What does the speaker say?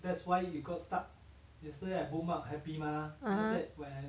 ah ha